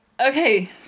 Okay